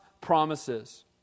promises